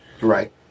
right